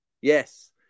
Yes